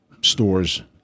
stores